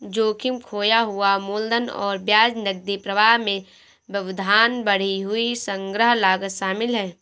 जोखिम, खोया हुआ मूलधन और ब्याज, नकदी प्रवाह में व्यवधान, बढ़ी हुई संग्रह लागत शामिल है